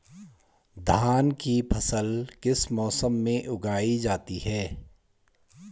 धान की फसल किस मौसम में उगाई जाती है?